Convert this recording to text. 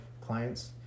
clients